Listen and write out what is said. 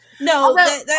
No